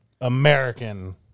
American